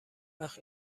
وقت